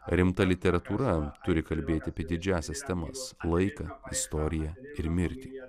rimta literatūra turi kalbėti apie didžiąsias temas laiką istoriją ir mirtį